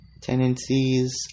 tendencies